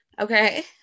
Okay